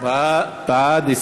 בעד,